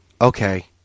okay